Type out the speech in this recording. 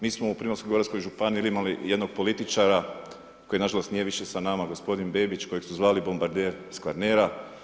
Mi smo u Primorsko goranskoj županiji imali jednog političara koji nažalost nije više s nama gospodin Bebić, kojeg su zvali bombarder iz Kvarnera.